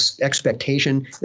expectation